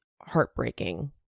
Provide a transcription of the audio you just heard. heartbreaking